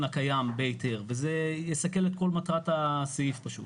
הקיים בהיתר וזה יסכל את כל מטרת הסעיף פשוט.